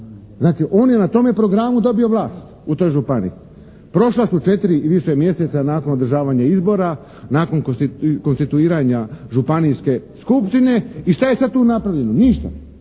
znači on je na tome programu dobio vlast u toj županiji. Prošla su četiri mjeseca i više nakon održavanja izbora, nakon konstituiranja županijske skupštine. I šta je sada tu napravljeno? Ništa,